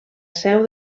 seu